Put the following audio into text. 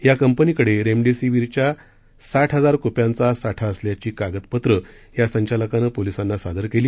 या कंपनीकडे रेमडेसिवीरच्या साठ हजार कुप्यांचा साठा असल्याची कागदपत्र या संचालकानं पोलिसांना सादर केली